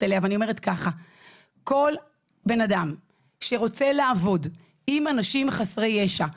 אליה שכל בן אדם שרוצה לעבוד עם אנשים חסרי ישע,